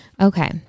okay